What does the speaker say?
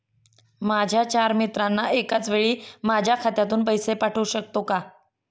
माझ्या चार मित्रांना एकाचवेळी माझ्या खात्यातून पैसे पाठवू शकतो का?